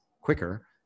quicker